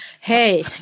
hey